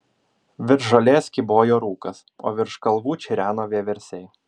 virš žolės kybojo rūkas o virš kalvų čireno vieversiai